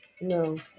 No